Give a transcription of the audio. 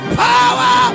power